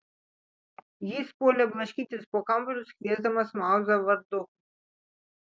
jis puolė blaškytis po kambarius kviesdamas mauzą vardu